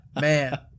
man